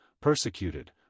persecuted